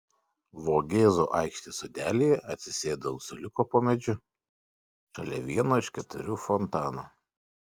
vogėzų aikštės sodelyje atsisėdu ant suoliuko po medžiu šalia vieno iš keturių fontanų